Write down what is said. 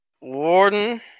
Warden